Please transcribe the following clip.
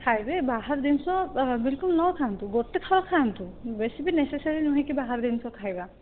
ଖାଇବେ ବାହାର ଜିନିଷ ବିଲ୍କୁଲ୍ ନ ଖାଆନ୍ତୁ ଗୋଟେ ଥର ଖାଆନ୍ତୁ ବେଶିବି ନେସେସେରି ନୁହେଁ କି ବାହାର ଜିନିଷ ଖାଇବା